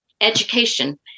education